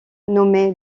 nommé